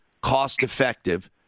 cost-effective